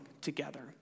together